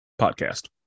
podcast